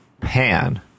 pan